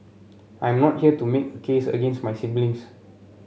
I am not here to make a case against my siblings